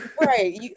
right